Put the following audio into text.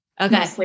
Okay